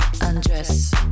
undress